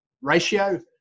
ratio